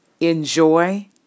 enjoy